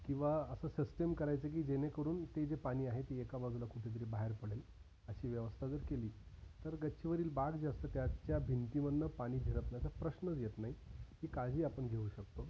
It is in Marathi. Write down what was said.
किंवा असं सिस्टेम करायचं की जेणेकरून ते जे पाणी आहे ते एका बाजूला कुठेतरी बाहेर पडेल अशी व्यवस्था जर केली तर गच्चीवरील बाग जास्त त्याच्या भिंतीमधनं पाणी झिरपण्याचा प्रश्नच येत नाही ही काळजी आपण घेऊ शकतो